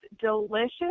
delicious